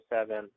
seven